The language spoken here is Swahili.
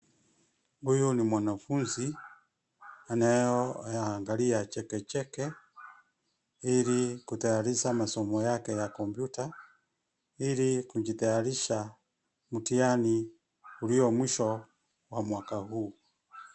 Huyu ni mwanafunzi anayoyaangalia chekecheke, ili kutayarisha masomo yake ya kompyuta, ili kujitayarisha mtihani uliyo mwisho wa mwaka huu.